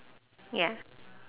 ya